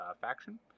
faction